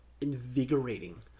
invigorating